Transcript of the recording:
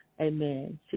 amen